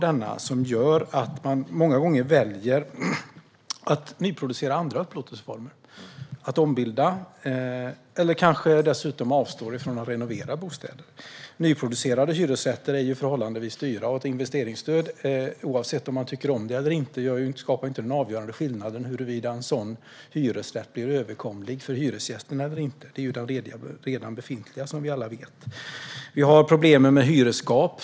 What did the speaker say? Det leder till att de många gånger väljer att nyproducera andra upplåtelseformer. Man ombildar eller avstår kanske dessutom från att renovera bostäder. Nyproducerade hyresrätter är förhållandevis dyra. Ett investeringsstöd - oavsett om man tycker om det eller inte - skapar inte den avgörande skillnaden för om hyran för en hyresrätt blir överkomlig för hyresgästen eller inte. Det handlar, som vi alla vet, om de redan befintliga hyresrätterna. Vi har problem med hyresskap.